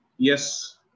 Yes